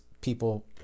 people